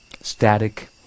static